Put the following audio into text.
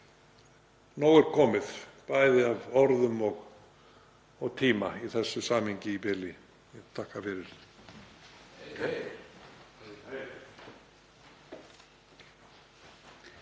Nóg er komið bæði af orðum og tíma í þessu samhengi í bili. Ég þakka fyrir